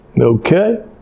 okay